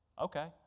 Okay